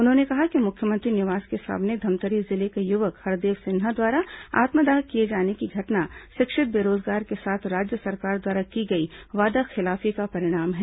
उन्होंने कहा कि मुख्यमंत्री निवास के सामने धमतरी जिले के युवक हरदेव सिन्हा द्वारा आत्मदाह किए जाने की घटना शिक्षित बेरोजगारों के साथ राज्य सरकार द्वारा की गई वादाखिलाफी का परिणाम है